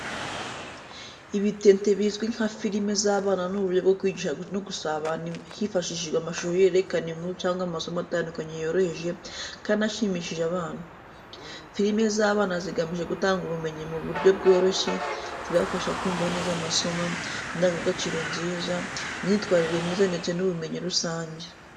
Ibitente bizwi nka firime z’abana ni uburyo bwo kwigisha no gusabana hifashishijwe amashusho yerekana inkuru cyangwa amasomo atandukanye yoroheje kandi ashimishije abana. Firime z’abana zigamije gutanga ubumenyi mu buryo bworoshye, zibafasha kumva neza amasomo, indangagaciro nziza, imyitwarire myiza ndetse n’ubumenyi rusange.